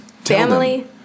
Family